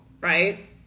right